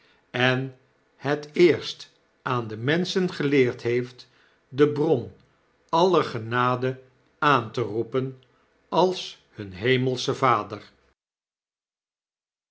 en het eerst aan de menschen geleerd heeft de bron aller grenade aan te roepen als hun hemelschen vader